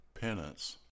Penance